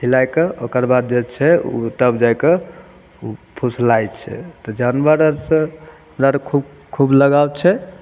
खिलाइके ओकरबाद जे छै तब जाइकए फुसलाइ छै तऽ जानबरआरसब खूब खुब लगाउ छै